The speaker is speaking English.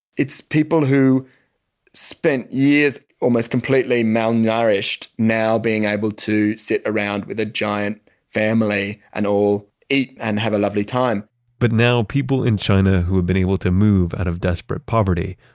it's people who spent years almost completely malnourished, now being able to sit around with a giant family and all eat and have a lovely time but now people in china, who have been able to move out of desperate poverty,